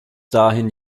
dahin